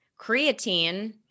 creatine